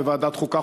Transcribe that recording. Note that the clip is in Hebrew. בוועדת החוקה,